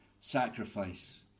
sacrifice